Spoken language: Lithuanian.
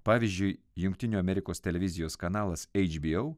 pavyzdžiui jungtinių amerikos televizijos kanalas eiž bi au